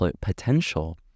potential